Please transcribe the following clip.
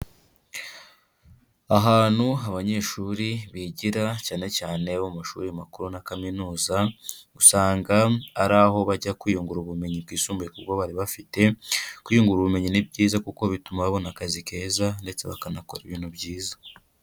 Ahantu abanyeshuri bigira cyane cyane bo mu mashuri makuru na kaminuza, usanga ari aho bajya kwiyungura ubumenyi bwisumbuye ku bwo bari bafite, kwiyungura ubumenyi ni byiza kuko bituma babona akazi keza ndetse bakanakora ibintu byiza.